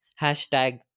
hashtag